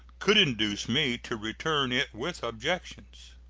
could induce me to return it with objections.